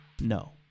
no